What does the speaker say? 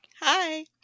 Hi